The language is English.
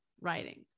writing